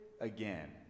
again